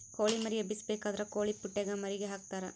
ಕೊಳಿ ಮರಿ ಎಬ್ಬಿಸಬೇಕಾದ್ರ ಕೊಳಿಪುಟ್ಟೆಗ ಮರಿಗೆ ಹಾಕ್ತರಾ